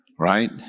Right